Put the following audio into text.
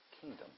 kingdom